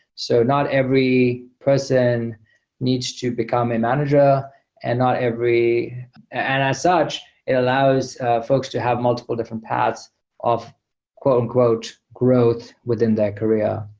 so not every person needs to become a manager and not every as such, it allows folks to have multiple different paths of quote um quote growth within their career.